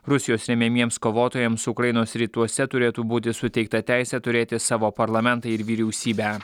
rusijos remiamiems kovotojams ukrainos rytuose turėtų būti suteikta teisė turėti savo parlamentą ir vyriausybę